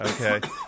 Okay